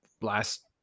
last